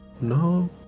No